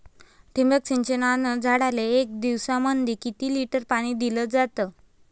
ठिबक सिंचनानं झाडाले एक दिवसामंदी किती लिटर पाणी दिलं जातं?